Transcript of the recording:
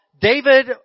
David